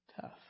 tough